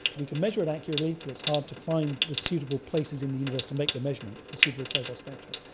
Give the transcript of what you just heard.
we can measure it accurately but it's hard to find the suitable places in the universe to make the measurement, the suitable quasar spectra.